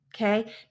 Okay